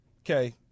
Okay